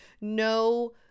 no